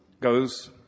goes